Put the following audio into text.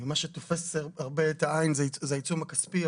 מה שתופס הרבה את העין זה העיצום הכספי,